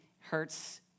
hurts